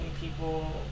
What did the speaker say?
people